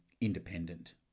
independent